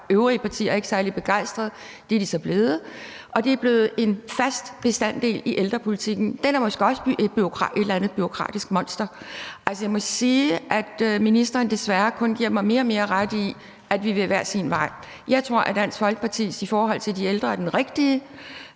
andre partier ikke særlig begejstrede, men det er de så blevet, og det er blevet en fast bestanddel i ældrepolitikken. Den er måske også et eller andet bureaukratisk monster? Altså, jeg må sige, at ministeren desværre kun i højere og højere grad bekræfter mig i, at vi vil hver sin vej i forhold til de ældre. Jeg tror,